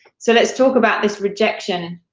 so, let's talk about this rejection.